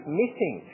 missing